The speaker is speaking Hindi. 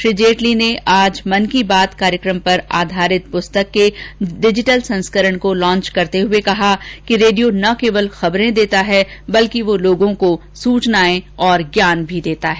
श्री जेटली ने आज मन की बात कार्यक्रम पर आधारित प्रस्तक के डिजिटल संस्करण को लॉन्च करते हुए कहा कि रेडियो न केवल खबरे देता है बल्कि वह लोगों को सूचनायें तथा ज्ञान भी देता है